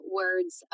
words